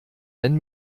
wenn